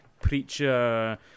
preacher